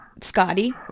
Scotty